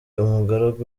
umugaragu